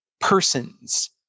persons